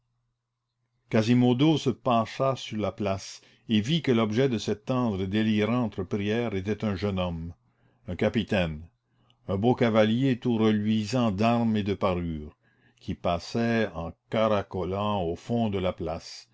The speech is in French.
quasimodo se pencha sur la place et vit que l'objet de cette tendre et délirante prière était un jeune homme un capitaine un beau cavalier tout reluisant d'armes et de parures qui passait en caracolant au fond de la place